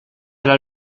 era